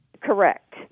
Correct